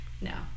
No